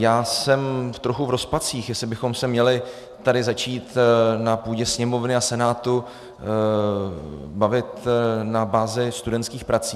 Já jsem trochu v rozpacích, jestli bychom se měli tady začít na půdě Sněmovny a Senátu bavit na bázi studentských prací.